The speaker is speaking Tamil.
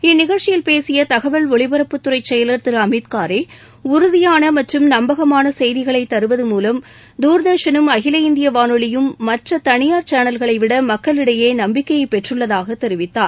இந்நிகழ்ச்சியில் பேசிய தகவல் ஒலிபரப்புத் துறை செயலர் திரு அமித் காரே உறுதியான மற்றும் நம்பகமான செய்திகளை தருவது மூலம் துர்தர்ஷனும் அகில இந்திய வானொலியும் மற்ற தனியார் சேனல்களைவிட மக்களிடையே நம்பிக்கையைப் பெற்றுள்ளதாகத் தெரிவித்தார்